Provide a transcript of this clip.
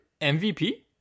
MVP